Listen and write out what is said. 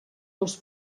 dels